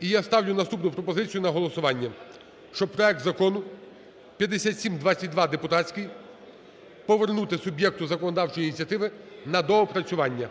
і я ставлю наступну пропозицію на голосування, щоб проект Закону 5722 (депутатський) повернути суб'єкту законодавчої ініціативи на доопрацювання.